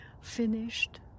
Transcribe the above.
finished